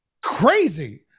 Crazy